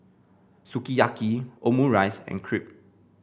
Sukiyaki Omurice and Crepe